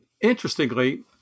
interestingly